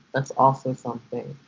that's also something.